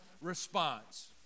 response